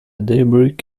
daybreak